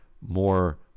more